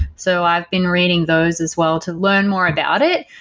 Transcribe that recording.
so i've been reading those as well to learn more about it.